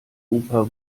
ufer